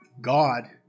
God